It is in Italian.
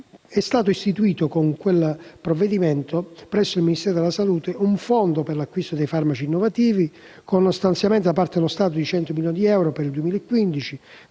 è stato istituito, presso il Ministero della salute, un Fondo per l'acquisto dei farmaci innovativi, con uno stanziamento da parte dello Stato di 100 milioni di euro per il 2015